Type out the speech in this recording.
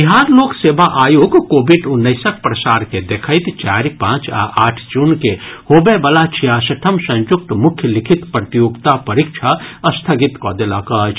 बिहार लोक सेवा आयोग कोविड उन्नैसक प्रसार के देखैत चारि पांच आ आठ जून के होबय वला छियासठम् संयुक्त मुख्य लिखित प्रतियोगिता परीक्षा स्थगित कऽ देलक अछि